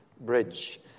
Bridge